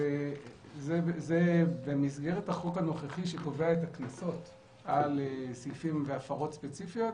זה במסגרת החוק הנוכחי שקובע את הקנסות על סעיפים והפרות ספציפיות.